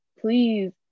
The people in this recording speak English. please